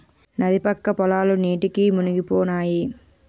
నది పక్క పొలాలు నీటికి మునిగిపోనాయి